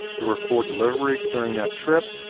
there were four deliveries during that trip,